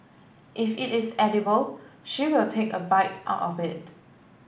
if it is edible she will take a bite out of it